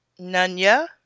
Nunya